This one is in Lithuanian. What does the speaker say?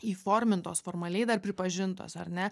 įformintos formaliai dar pripažintos ar ne